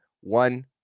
one